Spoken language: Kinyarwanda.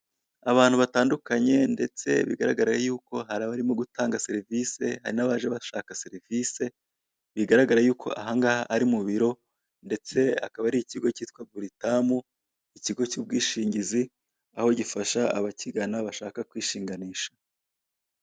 Abantu batandukanye ndetse bigaragara yuko hari abarimo gutanga serivise hari nabaje bashaka serivise bigaragara yuko ahangaha ari mu biro ndetse akaba ari ikigo kitwa Britam ikigo cy'ubwishingizi aho gifasha abakigana bashaka kwishinganisha.